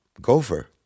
gopher